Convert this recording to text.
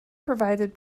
provided